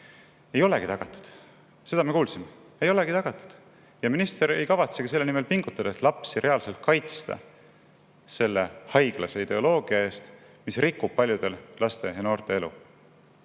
Ei olegi tagatud, seda me kuulsime. Ei olegi tagatud! Ja minister ei kavatsegi selle nimel pingutada, et lapsi reaalselt kaitsta selle haiglase ideoloogia eest, mis rikub paljude laste ja noorte elu.